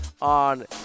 on